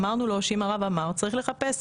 אמרנו לו שאם הרב אמר, צריך לחפש.